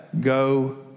go